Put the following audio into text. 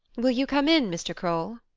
will you come in, mr. kroll?